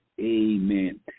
Amen